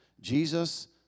Jesus